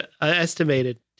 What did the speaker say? Estimated